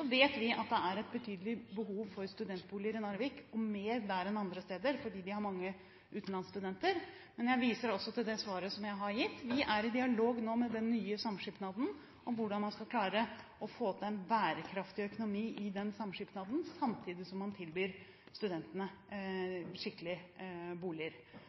Vi vet at det er et betydelig behov for studentboliger i Narvik, mer der enn andre steder, fordi de har mange utenlandsstudenter, men jeg viser også til det svaret som jeg har gitt. Vi er i dialog med den nye samskipnaden om hvordan man skal klare å få til en bærekraftig økonomi samtidig som man tilbyr studentene skikkelige boliger.